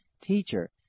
Teacher